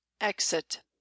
exit